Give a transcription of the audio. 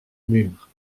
mur